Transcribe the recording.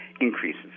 increases